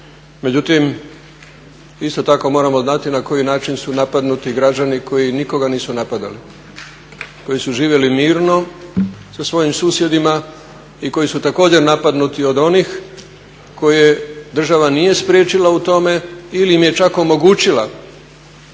Međutim, isto tako moramo znati na koji način su napadnuti građani koji nikoga nisu napadali, koji su živjeli mirno sa svojim susjedima i koji su također napadnuti od onih koje država nije spriječila u tome ili im je čak omogućila